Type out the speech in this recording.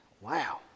Wow